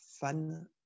fan